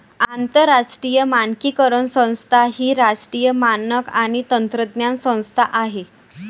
आंतरराष्ट्रीय मानकीकरण संस्था ही राष्ट्रीय मानक आणि तंत्रज्ञान संस्था आहे